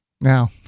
Now